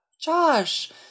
Josh